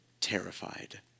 terrified